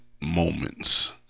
moments